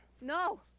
No